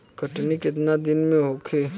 कटनी केतना दिन में होखे?